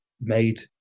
made